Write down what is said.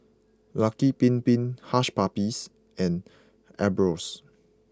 Lucky Bin Bin Hush Puppies and Ambros